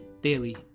Daily